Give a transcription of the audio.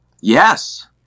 Yes